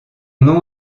nom